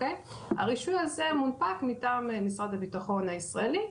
הרישוי הזה מונפק מטעם משרד הבטחון הישראלי,